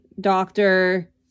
doctor